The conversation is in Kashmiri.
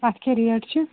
اَتھ کیٛاہ ریٹ چھِ